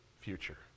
future